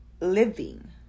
living